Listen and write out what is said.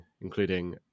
including